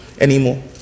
anymore